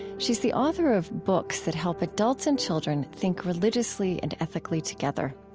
she's the author of books that help adults and children think religiously and ethically together.